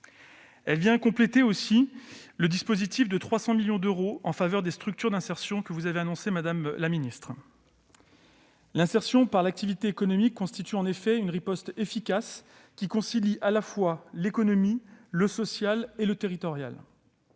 Elle vient aussi compléter le dispositif de 300 millions d'euros en faveur des structures d'insertion que vous avez annoncé, madame la ministre. L'insertion par l'activité économique constitue, en effet, une riposte efficace, qui concilie à la fois l'économie, le social et le territorial.